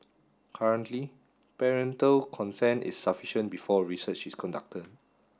currently parental consent is sufficient before research is conducted